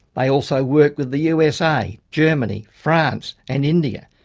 they also worked with the usa, germany, france and india.